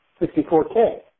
64K